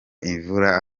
imvura